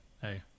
Hey